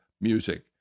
music